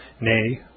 nay